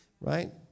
right